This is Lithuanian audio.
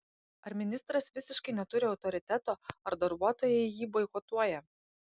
ar ministras visiškai neturi autoriteto ar darbuotojai jį boikotuoja